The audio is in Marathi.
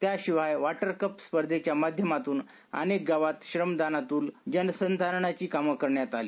त्याशिवाय वॉटर कप स्पर्धेच्या माध्यमातून अनेक गावांत जलसंधारणाची कामे करण्यात आली